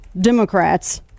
Democrats